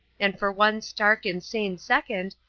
and for one stark, insane second,